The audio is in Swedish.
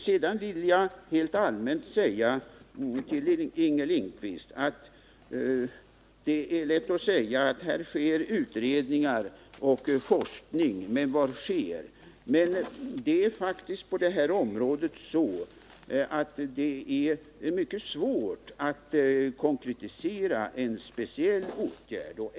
Sedan vill jag helt allmänt påpeka för Inger Lindquist att det är lätt att säga: Här pågår utredningar och forskning, men vad sker? Det är faktiskt så på det här området, att det är mycket svårt att konkretisera en speciell åtgärd.